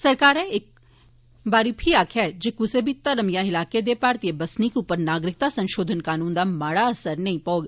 सरकारै इक बारी फ्ही आखेआ ऐ जे कुसा बी धर्म यां इलाके दे भारती बसनीकें उप्पर नागरिकता संशोधन कानून दा माड़ा असर नेई पौग